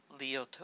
Leo